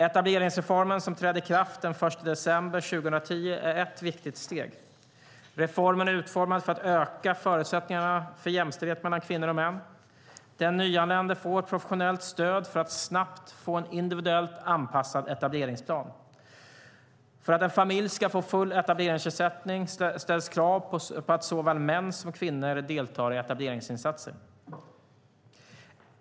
Etableringsreformen, som trädde i kraft den 1 december 2010, är ett viktigt steg. Reformen är utformad för att öka förutsättningarna för jämställdhet mellan kvinnor och män. Den nyanlände får professionellt stöd för att snabbt få en individuellt anpassad etableringsplan. För att en familj ska få full etableringsersättning ställs krav på att såväl män som kvinnor deltar i etableringsinsatser.